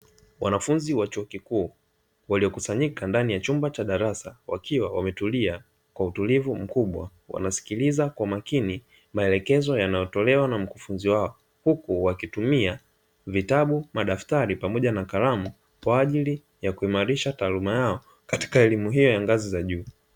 Wanfunzi wa chuo kikuu waliokusanyika ndani ya chumba cha darasa, wakiwa wametulia kwa utulivu mkubwa wanaskiliza kwa makini maelekezo yanayotolewa na mkufunzi wao, huku wakitumia vitabu, madaftari pamoja na kalamu kwa ajili ya kuhimarisha taaluma yao katika elimu hiyo ya ngazi za juu.